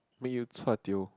make you chua tio